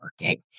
working